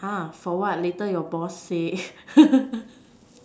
for what later your boss say